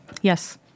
Yes